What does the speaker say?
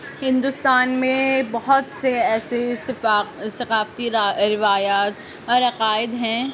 ہندوستان میں بہت سے ایسے ثفا ثقافتی روایات اور عقائد ہیں